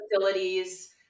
facilities